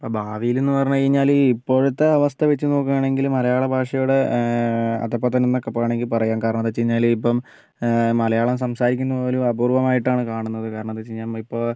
ഇപ്പോൾ ഭാവിയിലെന്ന് പറഞ്ഞുകഴിഞ്ഞാൽ ഇപ്പോഴത്തെ അവസ്ഥ വെച്ച് നോക്കുവാണെങ്കിൽ മലയാള ഭാഷയുടെ അധപ്പതനം എന്നൊക്കെ വേണമെങ്കിൽ പറയാം കാരണം എന്താണെന്ന് വെച്ച് കഴിഞ്ഞാൽ ഇപ്പം മലയാളം സംസാരിക്കുന്നത് പോലും അപൂർവമായിട്ടാണ് കാണുന്നത് കാരണം എന്താണെന്ന് വെച്ച് കഴിഞ്ഞാൽ നമ്മൾ ഇപ്പോൾ